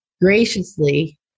graciously